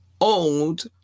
old